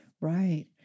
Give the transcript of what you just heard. Right